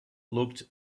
looked